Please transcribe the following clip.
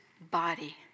body